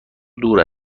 دور